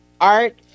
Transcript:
art